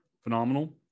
phenomenal